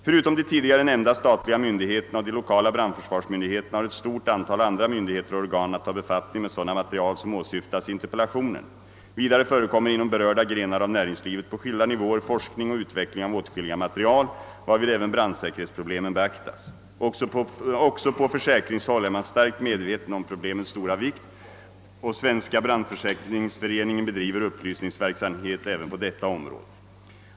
Förutom de tidigare nämnda statliga myndigheterna och de lokala brandförsvarsmyndigheterna har ett stort antal andra myndigheter och organ ait ta befattning med sådana material som åsyftas i interpellationen. Vidare förekommer inom berörda grenar av näringslivet på skilda nivåer forskning och utveckling av åtskilliga material, varvid även brandsäkerhetsproblemen beaktas. Också på försäkringshåll är man starkt medveten om problemets stora vikt, och Svenska brandförsvarsföreningen bedriver upplysningsverksamhet även på detta område.